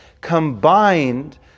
combined